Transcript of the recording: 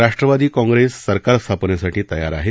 राष्ट्रवादी काँग्रेस सरकार स्थापनेसाठी तयार आहे